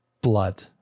blood